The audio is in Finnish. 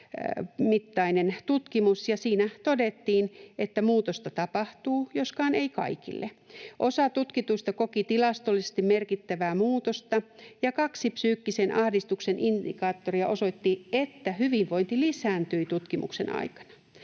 mittainen tutkimus — ja siinä todettiin, että muutosta tapahtuu, joskaan ei kaikille. Osa tutkituista koki tilastollisesti merkittävää muutosta, ja kaksi psyykkisen ahdistuksen indikaattoria osoitti, että hyvinvointi lisääntyi tutkimuksen aikana.